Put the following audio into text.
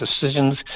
decisions